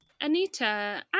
Anita